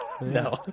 No